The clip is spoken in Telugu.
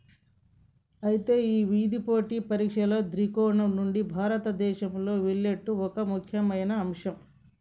అయితే ఇవిధ పోటీ పరీక్షల దృక్కోణం నుండి భారతదేశంలో మిల్లెట్లు ఒక ముఖ్యమైన అంశం